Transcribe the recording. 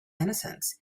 innocence